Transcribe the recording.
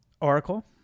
oracle